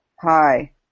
Hi